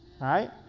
right